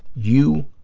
you,